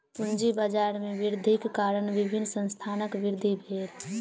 पूंजी बाजार में वृद्धिक कारण विभिन्न संस्थानक वृद्धि भेल